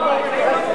מורידה.